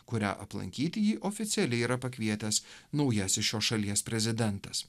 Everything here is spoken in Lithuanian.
kurią aplankyti jį oficialiai yra pakvietęs naujasis šios šalies prezidentas